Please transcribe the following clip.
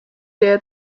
der